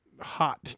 hot